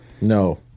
no